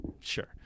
Sure